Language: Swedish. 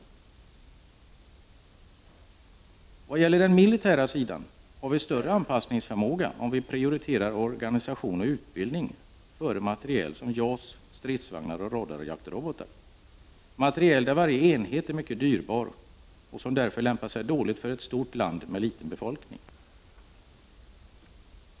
I vad gäller den militära sidan har vi större anpassningsförmåga om vi prioriterar organisation och utbildning före materiel som JAS, stridsvagnar och radarjaktrobotar — materiel där varje enhet är mycket dyrbar och som därför lämpar sig dåligt för ett stort land med en liten befolkning.